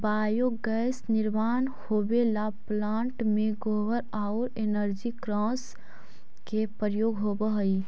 biogas निर्माण होवेला plant में गोबर औउर एनर्जी क्रॉप्स के प्रयोग होवऽ हई